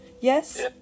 Yes